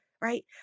right